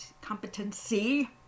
competency